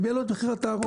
הם יעלו את מחיר התערובת.